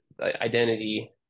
identity